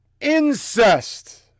incest